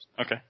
Okay